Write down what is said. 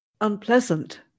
unpleasant